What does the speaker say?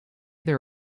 there